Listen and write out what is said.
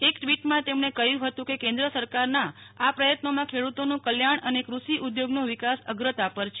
એક ટવીટમાં તેમણે કહ્યું હતું કે કેન્દ્ર સરકારનાઆ પ્રથત્નોમાં ખેડુતોનું કલ્યાણ અને કૃષિ ઉદ્યોગનો વિકાસ અગ્રતા પર છે